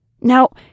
Now